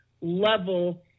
level